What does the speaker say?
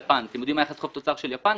אתם יודעים מה היחס חוב-תוצר של יפן?